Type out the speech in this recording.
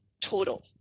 total